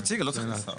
נציג, לא צריך את השר.